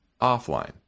offline